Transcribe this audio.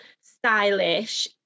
stylish